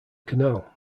canal